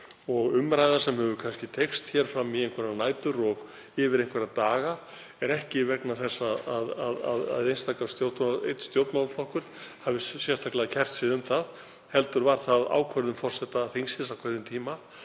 Og umræða sem hefur kannski teygst hér fram í einhverjar nætur og yfir einhverja daga er ekki vegna þess að einn stjórnmálaflokkur hafi sérstaklega kært sig um það, heldur var það ákvörðun forseta þingsins á hverjum tíma